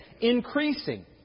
increasing